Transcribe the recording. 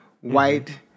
white